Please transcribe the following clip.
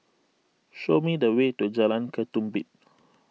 show me the way to Jalan Ketumbit